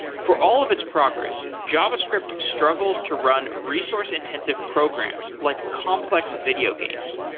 for all of its progress, javascript struggles to run resource-intensive programs like complex video games.